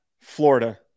Florida